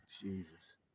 Jesus